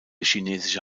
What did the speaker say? chinesische